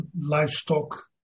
livestock